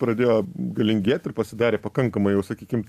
pradėjo galingėt ir pasidarė pakankamai jau sakykim